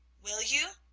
will you?